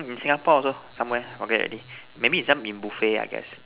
in Singapore also somewhere forget already maybe in some buffet I guess